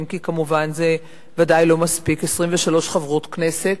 אם כי כמובן זה בוודאי לא מספיק 23 חברות כנסת.